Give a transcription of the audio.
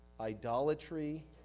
idolatry